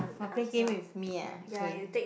!wah! play game with me ah okay